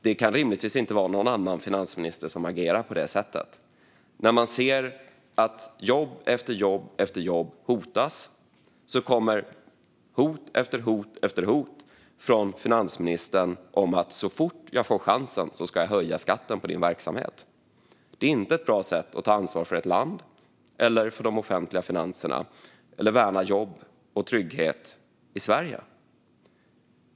Det kan rimligtvis inte vara någon annan finansminister som agerar på det sättet. När man ser att jobb efter jobb hotas kommer hot efter hot från finansministern: Så fort jag får chansen ska jag höja skatten på din verksamhet! Det är inte ett bra sätt att ta ansvar för ett land, för de offentliga finanserna eller för att värna jobb och trygghet i Sverige.